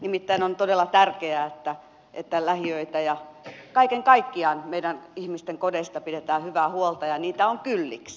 nimittäin on todella tärkeää että lähiöistä ja kaiken kaikkiaan meidän ihmisten kodeista pidetään hyvää huolta ja niitä on kylliksi